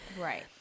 Right